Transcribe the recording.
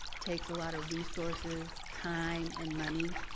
takes a lot of resources, time and money,